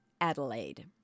Adelaide